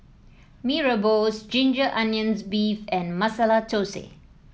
Mee Rebus Ginger Onions beef and Masala Thosai